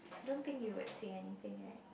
I don't think you would say anything right